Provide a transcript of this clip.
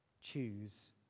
Choose